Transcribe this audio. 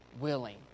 willing